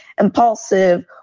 impulsive